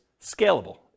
scalable